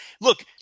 look